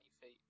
feet